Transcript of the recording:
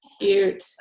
Cute